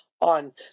on